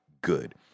good